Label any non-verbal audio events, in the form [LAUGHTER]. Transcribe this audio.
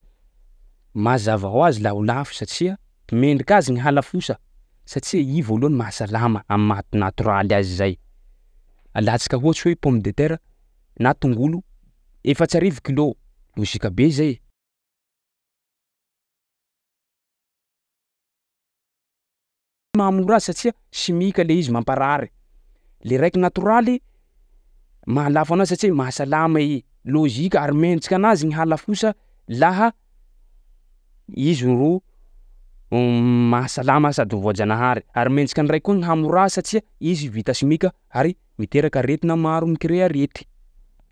Mazava hoazy laha ho lafo satsia mendrika azy gny halafosa satsia i voalohany mahasalama am'maha-natoraly azy zay. Alantsika ohatsy hoe pomme de terra na tongolo efatsy arivo kilô lôjika be zay, tamatesa ataontsika telo arivo kilô nefa am'boaty tômaty anao mivily cinq mille mahazo, iny mahamora azy satsia simika le izy mampaharary; le raiky natoraly, mahalafo anazy satsia mahasalama i, lôjika ary mendrika anazy ny halafosa laha izy ro [HESITATION] mahasalama sady voajanahary ary mendrika an'ny raiky koa gny hamora azy satsia izy vita simika ary miteraka aretina maro, mi-créer arety.